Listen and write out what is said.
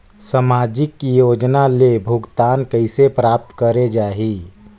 समाजिक योजना ले भुगतान कइसे प्राप्त करे जाहि?